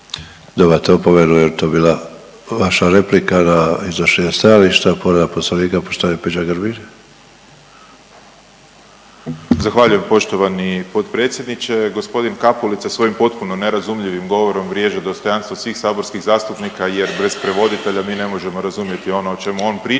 Dobivate opomenu jer je to bila vaša replika na iznošenje stajališta. Povreda Poslovnika poštovani Peđa Grbin. **Grbin, Peđa (SDP)** Zahvaljujem poštovani potpredsjedniče. Gospodin Kapulica svojim potpuno nerazumljivim govorom vrijeđa dostojanstvo svih saborskih zastupnika jer bez prevoditelja mi ne možemo razumjeti ono o čemu on priča